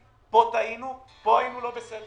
כי אם לא מתחקרים ולא מתקנים